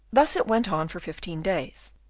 thus it went on for fifteen days,